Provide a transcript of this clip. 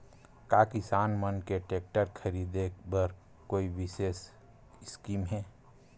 का किसान मन के टेक्टर ख़रीदे बर कोई विशेष स्कीम हे?